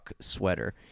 sweater